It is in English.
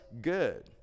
good